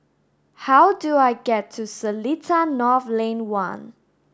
how do I get to Seletar North Lane one